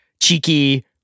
cheeky